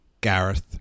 Gareth